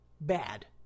bad